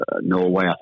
Norway